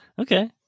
Okay